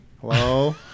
hello